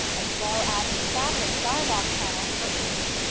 as well as establish dialogue channels for each.